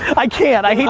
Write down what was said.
i can't, i